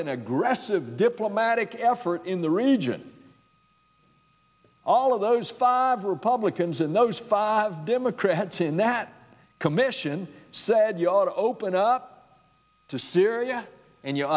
an aggressive diplomatic effort in the region all of those five republicans and those five democrats in that commission said you ought to open up to syria and